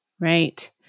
right